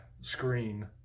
screen